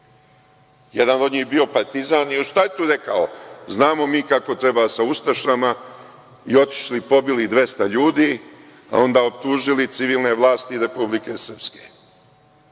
Jedan od njih je bio partizan i u startu je rekao: „znamo mi kako treba sa ustašama“ i otišli su i pobili 200 ljudi, a onda optužili civilne vlasti Republike Srpske.